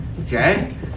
okay